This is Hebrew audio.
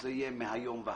שזה יהיה מהיום והלאה,